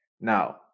Now